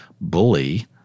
bully